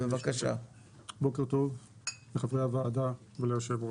בוקר טוב ליושב ראש ולחברי הוועדה.